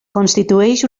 constitueix